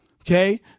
Okay